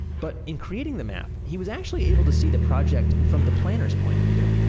but in creating the map, he was actually able to see the project. from the planner's point of view.